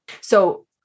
So-